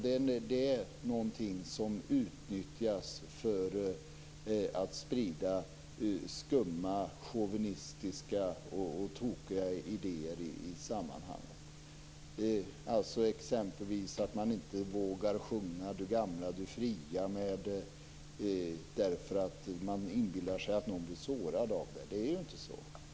Det utnyttjas för att sprida skumma chauvinistiska och tokiga idéer, t.ex. att man inte vågar sjunga Du gamla du fria därför att man inbillar sig att någon blir sårad av det. Så är det ju inte.